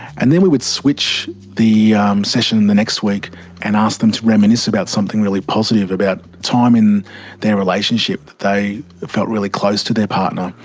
and then we would switch the session the next week and ask them to reminisce about something really positive, about a time in their relationship they felt really close to their partner,